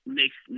makes